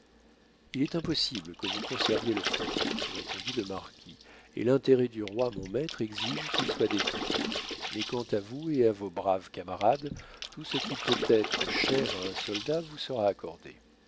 il est impossible que vous conserviez le fort répondit le marquis et l'intérêt du roi mon maître exige qu'il soit détruit mais quant à vous et à vos braves camarades tout ce qui peut être cher à un soldat vous sera accordé